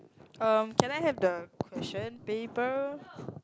uh can I have the question paper